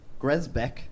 Gresbeck